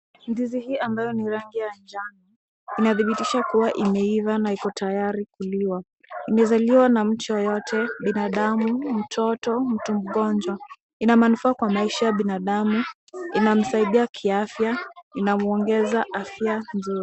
Ndizi hii ambayo ni ya rangi ya njano. Inadhibitishwa kuwa imeiva na iko tayari kuliwa. Inaeza liwa na mtu yoyote, binadamu, mtoto, mtu mgonjwa. Ina manufaa kwa maisha ya binadamu, inamsaidia kiafya, inamwongeza afya nzuri.